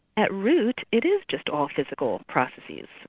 at root it is just all physical processes,